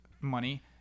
money